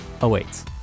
awaits